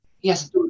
yes